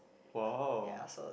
!wow!